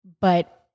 but-